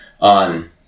on